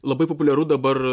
labai populiaru dabar